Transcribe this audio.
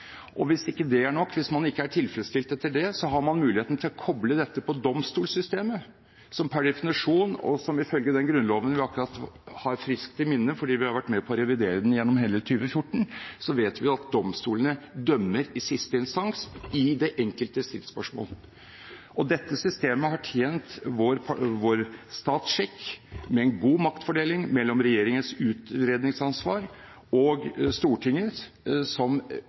Hvis ikke det er nok – hvis man ikke etter det er tilfredsstilt – har man muligheten til å koble dette på domstolsystemet, der vi per definisjon og ifølge den Grunnloven vi akkurat har friskt i minne fordi vi har vært med på å revidere den gjennom hele 2014, vet at domstolene dømmer i siste instans i det enkelte stridsspørsmål. Dette systemet har tjent vår statsskikk med en god maktfordeling mellom regjeringens utredningsansvar og Stortinget, som